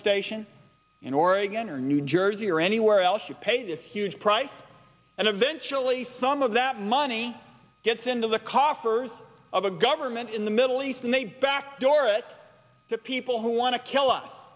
station in oregon or new jersey or anywhere else you pay this huge price and eventually some of that money gets into the coffers of the government in the middle east backdoor it to people who want to kill us